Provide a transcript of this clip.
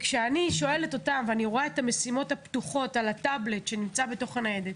כשאני רואה את המשימות הפתוחות על הטאבלט בניידת,